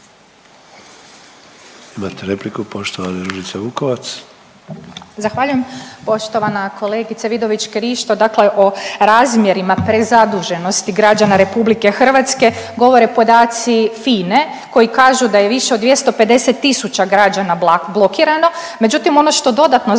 Ružice Vukovac. **Vukovac, Ružica (Nezavisni)** Zahvaljujem. Poštovana kolegice Vidović Krišto. Dakle, o razmjerima prezaduženosti građana RH govore podaci FINA-e koji kažu da je više od 250.000 građana blokirano, međutim ono što dodatno zabrinjava